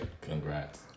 congrats